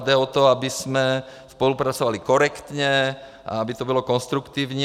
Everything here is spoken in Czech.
Jde o to, abychom spolupracovali korektně, aby to bylo konstruktivní.